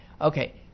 Okay